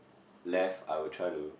left I will try to